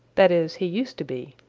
that is, he used to be.